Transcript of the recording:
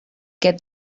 get